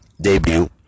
debut